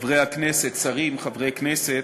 חברי הכנסת, שרים, חברי כנסת,